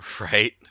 Right